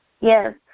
yes